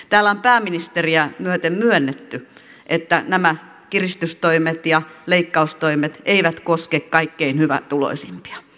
täällä on pääministeriä myöten myönnetty että nämä kiristystoimet ja leikkaustoimet eivät koske kaikkein hyvätuloisimpia hyväosaisimpia